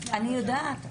אני יודעת.